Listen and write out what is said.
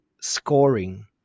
scoring